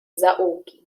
zaułki